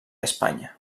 espanya